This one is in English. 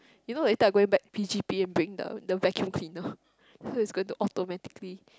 you know later I going back P_G_P_M bring the the vacuum cleaner so it's going to automatically clean